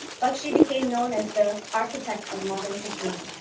bakshi became known as the architect of modern kashmir.